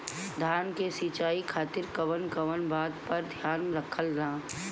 धान के सिंचाई खातिर कवन कवन बात पर ध्यान रखल जा ला?